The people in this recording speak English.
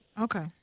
Okay